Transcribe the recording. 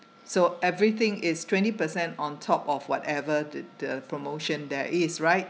so everything is twenty percent on top of whatever the the promotion there is right